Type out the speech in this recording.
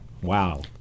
Wow